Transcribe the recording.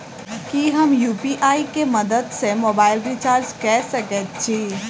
की हम यु.पी.आई केँ मदद सँ मोबाइल रीचार्ज कऽ सकैत छी?